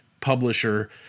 publisher